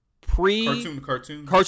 pre-Cartoon